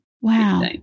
Wow